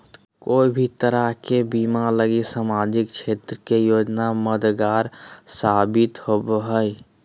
कोय भी तरह के बीमा लगी सामाजिक क्षेत्र के योजना मददगार साबित होवो हय